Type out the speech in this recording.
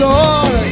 Lord